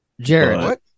Jared